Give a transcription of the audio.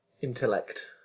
intellect